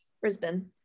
Brisbane